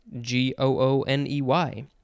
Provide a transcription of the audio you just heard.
G-O-O-N-E-Y